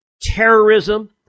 terrorism